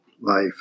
life